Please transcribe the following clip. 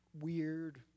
weird